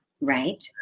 Right